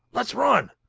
let's run!